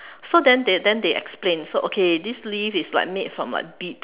so then they then they explain so okay this leaf is like made from like beet~